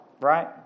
Right